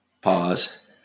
pause